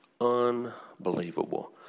Unbelievable